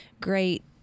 great